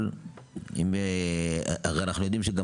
אין לי בעיה להקל על קופות החולים אבל אנחנו יודעים שגם